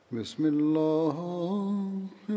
Bismillah